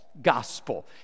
Gospel